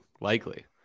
Likely